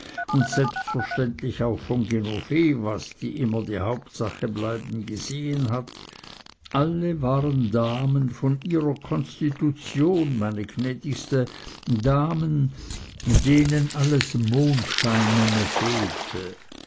und selbstverständlich auch von genovevas die immer die hauptsache bleiben gesehen hat alle waren damen von ihrer konstitution meine gnädigste damen denen alles mondscheinene fehlte